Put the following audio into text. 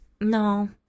No